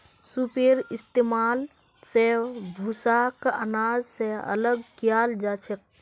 सूपेर इस्तेमाल स भूसाक आनाज स अलग कियाल जाछेक